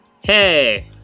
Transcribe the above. Hey